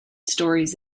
stories